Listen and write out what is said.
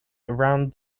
around